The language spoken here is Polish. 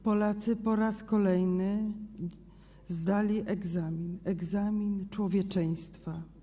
Polacy po raz kolejny zdali egzamin, egzamin z człowieczeństwa.